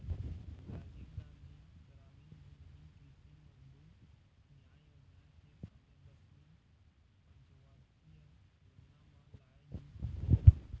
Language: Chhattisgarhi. राजीव गांधी गरामीन भूमिहीन कृषि मजदूर न्याय योजना के समे दसवीं पंचवरसीय योजना म लाए गिस हे